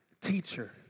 teacher